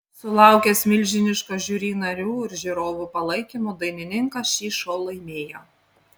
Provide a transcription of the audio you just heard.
sulaukęs milžiniško žiuri narių ir žiūrovų palaikymo dainininkas šį šou laimėjo